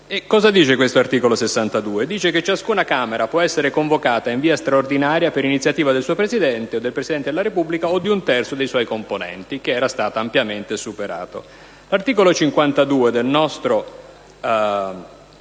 Costituzione? Dice che: «Ciascuna Camera può essere convocata in via straordinaria per iniziativa del suo Presidente o del Presidente della Repubblica o di un terzo dei suoi componenti», che è stato ampiamente superato. L'articolo 52 del nostro